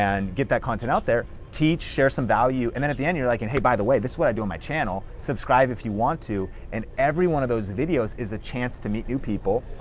and get that content out there, teach, share some value, and then at the end you're like, and hey, by the way, this is what i do on my channel. subscribe if you want to. and every one of those videos is a chance to meet new people.